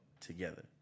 together